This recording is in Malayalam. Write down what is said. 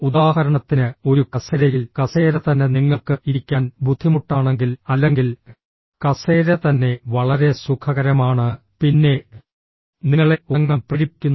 ഉദാഹരണത്തിന് ഒരു കസേരയിൽ കസേര തന്നെ നിങ്ങൾക്ക് ഇരിക്കാൻ ബുദ്ധിമുട്ടാണെങ്കിൽ അല്ലെങ്കിൽ കസേര തന്നെ വളരെ സുഖകരമാണ് പിന്നെ നിങ്ങളെ ഉറങ്ങാൻ പ്രേരിപ്പിക്കുന്നു